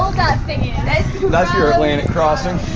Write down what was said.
thing is? that's your atlantic crossing.